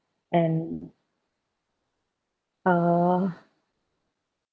and err